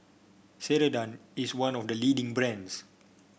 Ceradan is one of the leading brands